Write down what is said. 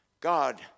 God